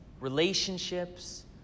relationships